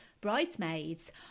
Bridesmaids